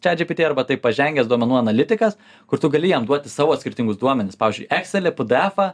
čat džipiti arba taip pažengęs duomenų analitikas kur tu gali jam duoti savo skirtingus duomenis pavyzdžiui ekselį pudeefą